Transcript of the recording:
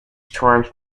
storms